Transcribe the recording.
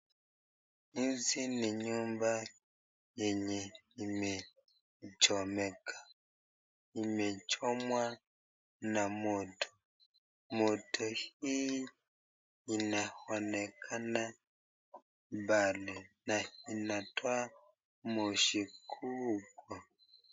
Hizi ni nyumba yenye imechomeka, imechomwa na moto, moto hii inaonekana mbali na inatoa moshi kubwa.